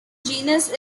genus